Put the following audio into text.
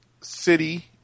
City